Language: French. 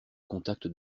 contact